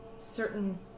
certain